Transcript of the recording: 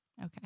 Okay